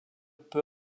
peu